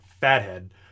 fathead